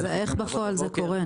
אז איך בפועל זה קורה?